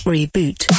Reboot